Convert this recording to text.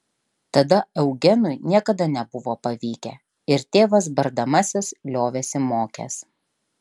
tada eugenui niekada nebuvo pavykę ir tėvas bardamasis liovėsi mokęs